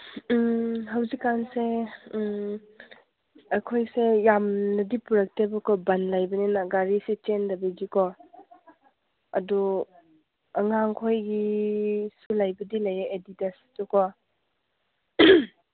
ꯍꯧꯖꯤꯛꯀꯥꯟꯁꯦ ꯑꯩꯈꯣꯏꯁꯦ ꯌꯥꯝꯅꯗꯤ ꯄꯨꯔꯛꯇꯦꯕꯀꯣ ꯕꯟ ꯂꯩꯕꯅꯤꯅ ꯒꯥꯔꯤꯁꯤ ꯆꯦꯟꯗꯕꯒꯤꯀꯣ ꯑꯗꯨ ꯑꯉꯥꯡꯈꯣꯏꯒꯤꯁꯨ ꯂꯩꯕꯗꯤ ꯂꯩꯌꯦ ꯑꯦꯗꯤꯗꯥꯁꯇꯨꯀꯣ